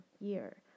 year